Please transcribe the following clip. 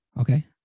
Okay